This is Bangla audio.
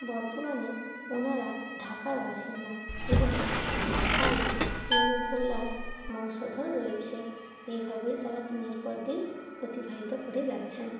বর্তমানে ওনারা ঢাকার বাসিন্দা এবং ঢাকায়ই সিরাজ উদ্দৌলার বংশধর রয়েছে এভাবেই তারা দিনের পর দিন অতিবাহিত করে যাচ্ছেন